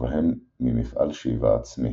ובהם ממפעל שאיבה עצמי.